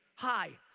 hi,